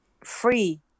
free